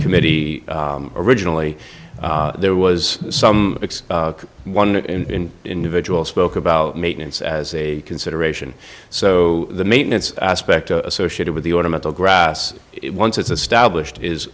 committee originally there was some one in individual spoke about maintenance as a consideration so the maintenance aspect associated with the ornamental grass once it's